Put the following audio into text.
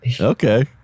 Okay